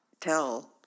Tell